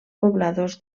pobladors